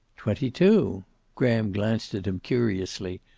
twenty-two. graham glanced at him curiously.